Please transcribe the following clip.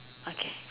okay